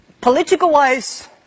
political-wise